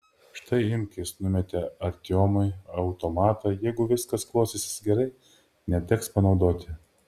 štai imk jis numetė artiomui automatą jeigu viskas klostysis gerai neteks panaudoti